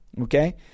Okay